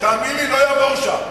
תאמין לי, לא יעבור שם.